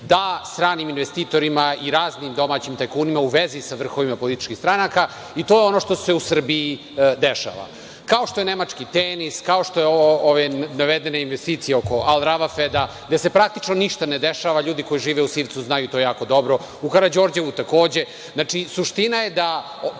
da stranim investitorima i raznim domaćim tajkunima, a u vezi sa vrhovima političkih stranaka. To je ono što se u Srbiji dešava. Kao što je nemački „Tenis“, kao što su ove navedene investicija oko „Al Ravafed“, da se praktično ništa ne dešava. LJudi koji žive u Sivcu znaju to jako dobro, kao i u Karađorđevu takođe. Znači, suština je da